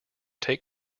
take